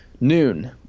noon